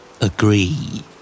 Agree